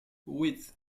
wheat